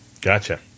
Gotcha